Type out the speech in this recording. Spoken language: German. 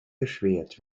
erschwert